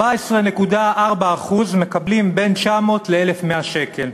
14.4% מקבלים בין 900 ל-1,100 שקל,